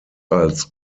als